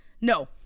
No